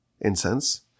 incense